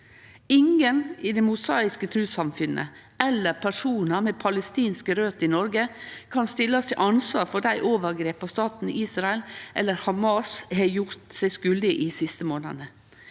Ingen i det mosaiske trussamfunnet eller personar med palestinske røter i Noreg kan stillast til ansvar for dei overgrepa staten Israel eller Hamas har gjort seg skuldige i dei siste månadene.